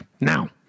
Now